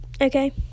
Okay